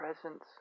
presence